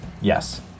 Yes